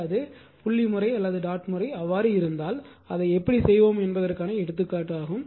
எனவே அது புள்ளி முறை அவ்வாறு இருந்தால் அதை எப்படிச் செய்வோம் என்பதற்கான எடுத்துக்காட்டு